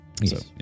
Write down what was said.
Yes